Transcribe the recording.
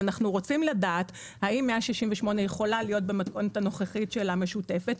אנחנו רוצים לדעת האם 168 יכולה להיות במתכונת הנוכחית שלה המשותפת,